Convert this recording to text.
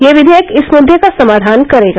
ये विधेयक इस मुद्दे का समाधान करेगा